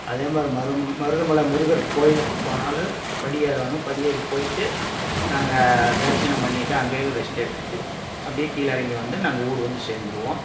அதே மாதிரி மரும் மருதமலை முருகர் கோயிலுக்கு போனாலும் படி ஏறனும் படி ஏறி போயிவிட்டு நாங்கள் தரிசனம் பண்ணிவிட்டு அங்கே ரெஸ்ட் எடுத்துவிட்டு அப்படே கீழே இறங்கி வந்து நாங்கள் ஊர் வந்து சேர்ந்துருவோம்